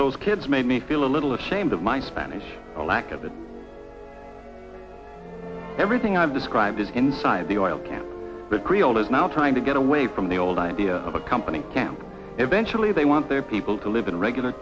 those kids made me feel a little ashamed of my spanish a lack of that everything i've described inside the oil can hold is now trying to get away from the old idea of a company eventually they want their people to live in regular